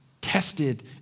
tested